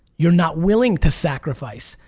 you're not willing to sacrifice.